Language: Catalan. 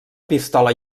pistola